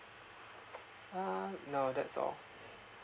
uh no that's all